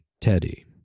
Teddy